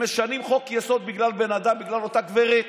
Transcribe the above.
הם משנים חוק-יסוד בגלל אותה גברת,